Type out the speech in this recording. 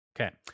Okay